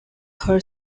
her